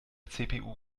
cpu